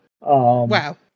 Wow